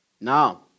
Now